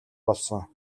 болсон